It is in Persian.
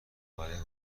برای